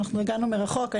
הגענו מרחוק.